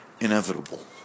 inevitable